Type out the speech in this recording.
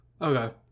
okay